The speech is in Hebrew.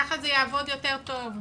ככה זה יעבוד יותר טוב.